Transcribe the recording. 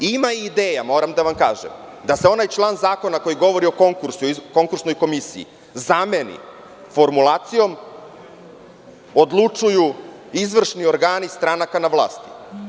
Ima ideja, moram da vam kažem, da se onaj član zakona koji govori o konkursnoj komisiji zameni formulacijom: „Odlučuju izvršni organi stranaka na vlasti“